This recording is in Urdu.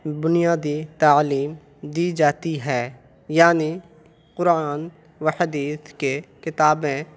بنیادی تعلیم دی جاتی ہے یعنی قرآن و حدیث کے کتابیں